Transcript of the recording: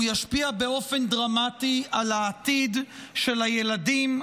הוא ישפיע באופן דרמטי על העתיד של הילדים,